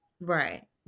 Right